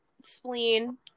Spleen